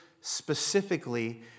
specifically